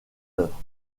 œuvre